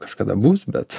kažkada bus bet